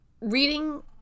Reading